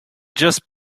just